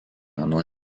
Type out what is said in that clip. nuo